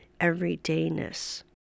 everydayness